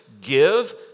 Give